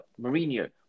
Mourinho